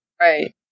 Right